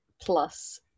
plus